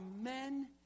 men